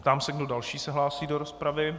Ptám se, kdo další se hlásí do rozpravy.